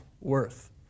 worth